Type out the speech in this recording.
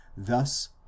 Thus